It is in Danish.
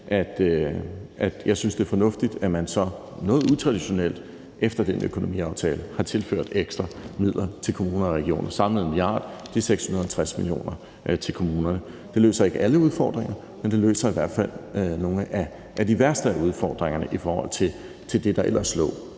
jeg synes, det er fornuftigt, at man så, noget utraditionelt, efter den økonomiaftale har tilført ekstra midler til kommuner og regioner, samlet 1 mia. kr. og de 650 mio. kr. heraf til kommunerne. Det løser ikke alle udfordringer, men det løser i hvert fald nogle af de værste af udfordringerne i forhold til det, der ellers lå,